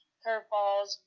curveballs